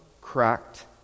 cracked